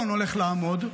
איילון הולך לעמוד,